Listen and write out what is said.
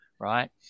Right